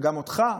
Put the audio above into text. וגם אותך.